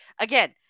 again